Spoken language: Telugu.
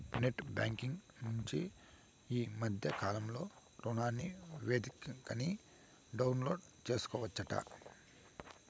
నెట్ బ్యాంకింగ్ నుంచి ఈ మద్దె కాలంలో రుణనివేదికని డౌన్లోడు సేసుకోవచ్చంట